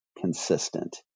consistent